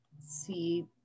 see